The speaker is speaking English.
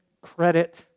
credit